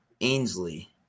Ainsley